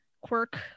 quirk